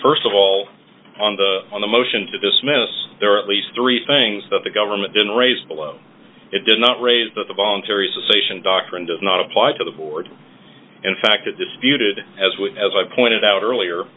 or st of all on the on the motion to dismiss there are at least three things that the government didn't raise below it did not raise that the voluntary association doctrine does not apply to the board in fact a disputed as we as i pointed out